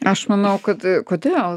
aš manau kad kodėl